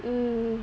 mm